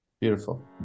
beautiful